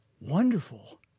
Wonderful